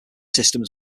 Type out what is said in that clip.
systems